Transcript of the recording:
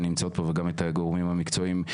שנמצאות פה וגם את הגורמים המקצועיים.